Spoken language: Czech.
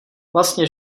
vlastně